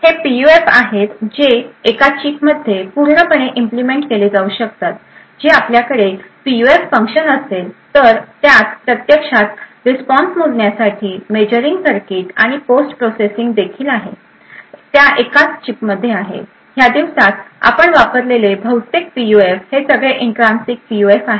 तर हे पीयूएफ आहेत जे एका चिपमध्ये पूर्णपणे इम्प्लिमेंट केले जाऊ शकतात जे आपल्याकडे पीयूएफ फंक्शन असेल तर त्त्यात प्रत्यक्षात रिस्पॉन्स मोजण्यासाठी मेजरींग सर्किट आणि पोस्ट प्रोसेसिंग देखील आहेत्या एकाच चिपमध्ये आहे ह्या दिवसात आपण वापरलेले बहुतेक पीयूएफ हे सगळे इंट्रान्सिक पीयूएफ आहेत